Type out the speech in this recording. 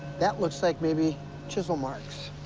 that looks like maybe chisel marks.